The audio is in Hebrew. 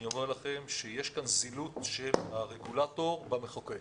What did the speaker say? אני אומר לכם שיש כאן זילות של הרגולטור במחוקק.